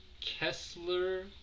Kessler